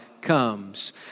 comes